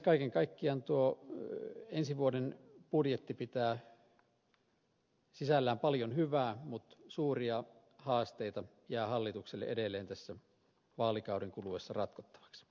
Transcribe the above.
kaiken kaikkiaan tuo ensi vuoden budjetti pitää sisällään paljon hyvää mutta suuria haasteita jää hallitukselle edelleen tässä vaalikauden kuluessa ratkottavaksi